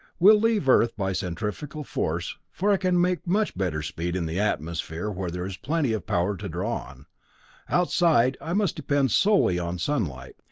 we'll leave earth by centrifugal force, for i can make much better speed in the atmosphere where there is plenty of power to draw on outside i must depend solely on sunlight.